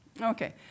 Okay